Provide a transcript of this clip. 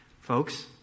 Folks